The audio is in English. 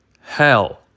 hell